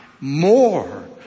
more